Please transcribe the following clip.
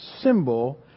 symbol